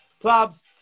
clubs